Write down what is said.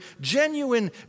genuine